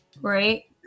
Right